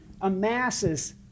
amasses